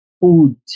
Food